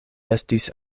estis